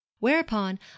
whereupon